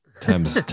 Time's